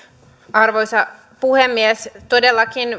arvoisa puhemies todellakin